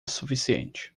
suficiente